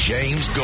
James